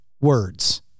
words